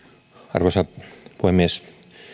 arvoisa puhemies